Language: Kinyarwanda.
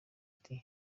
ati